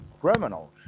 criminals